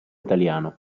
italiano